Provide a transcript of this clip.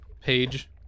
page